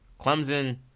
Clemson